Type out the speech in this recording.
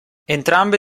entrambe